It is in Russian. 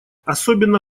особенно